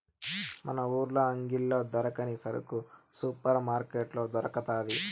మన ఊర్ల అంగిల్లో దొరకని సరుకు సూపర్ మార్కట్లో దొరకతాది